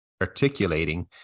articulating